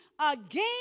again